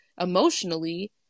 Emotionally